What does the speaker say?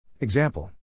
Example